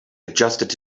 adjusted